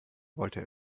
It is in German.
wollte